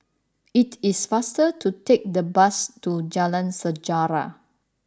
it is faster to take the bus to Jalan Sejarah